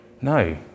No